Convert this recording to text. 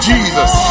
Jesus